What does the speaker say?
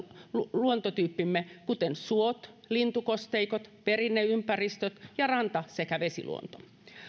luontotyyppimme kuten suot lintukosteikot perinneympäristöt ja ranta sekä vesiluonto